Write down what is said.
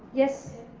yes.